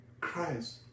Christ